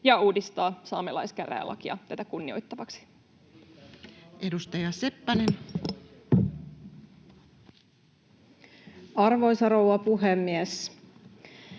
ja uudistaa saamelaiskäräjälakia tätä kunnioittavaksi. Edustaja Seppänen. Arvoisa rouva puhemies!